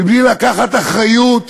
מבלי לקחת אחריות.